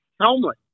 homeless